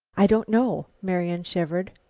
i don't know, marian shivered.